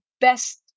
best